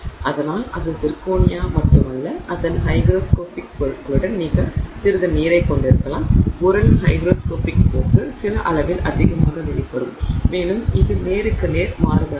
ஆனால் அது சிர்கோனியா மட்டுமல்ல அதன் ஹைக்ரோஸ்கோபிக் பொருட்களுடன் நீங்கள் சிறிது நீரைக் கொண்டிருக்கலாம் பொருளின் ஹைக்ரோஸ்கோபிக் போக்கு சில அளவில் அதிகமாக வெளிப்படும் மேலும் இது நேருக்கு நேர் மாறுபடலாம்